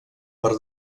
per